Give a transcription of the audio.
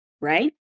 right